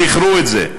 זכרו את זה.